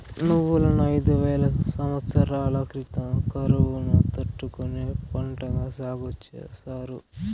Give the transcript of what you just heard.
నువ్వులను ఐదు వేల సమత్సరాల క్రితం కరువును తట్టుకునే పంటగా సాగు చేసారు